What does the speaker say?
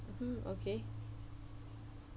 mmhmm okay